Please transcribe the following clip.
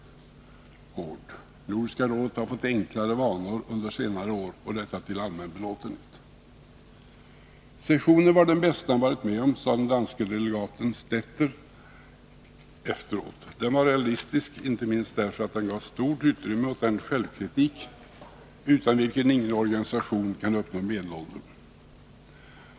Nordiska Rådet har fått enklare vanor under senare år, och detta till allmän belåtenhet. Sessionen var den bästa jag varit med om, sade den danske delegaten Stetter efteråt. Den var realistisk, inte minst därför att den gav stort utrymme åt den självkritik utan vilken ingen organisation kan uppnå medelåldern.